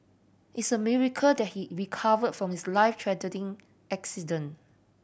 it's a miracle that he recovered from his life threatening accident